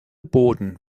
boden